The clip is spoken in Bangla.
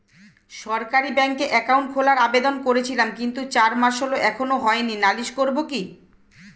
সরকারি ব্যাংকে একাউন্ট খোলার আবেদন করেছিলাম কিন্তু চার মাস হল এখনো হয়নি নালিশ করব কি?